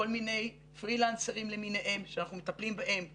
כל מיני פרילנסרים למיניהם שאנחנו מטפלים בהם ביום-יום,